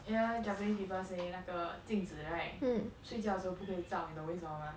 ya japanese people saying 那个镜子 right 睡觉时候不可以照你懂为什么 mah